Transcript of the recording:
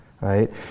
right